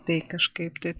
tai kažkaip tai taip